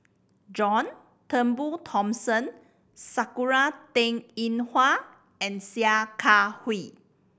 John Turnbull Thomson Sakura Teng Ying Hua and Sia Kah Hui